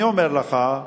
אני אומר לך: